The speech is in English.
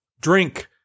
Drink